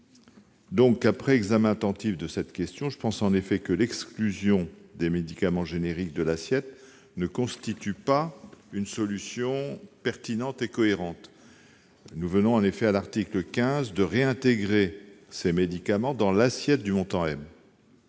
Après un examen attentif de cette question, je pense que l'exclusion des médicaments génériques de l'assiette de la taxe considérée ne constitue pas une solution pertinente et cohérente. Nous venons en effet, à l'article 15, de réintégrer ces médicaments dans l'assiette du montant M